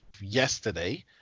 yesterday